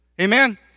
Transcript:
Amen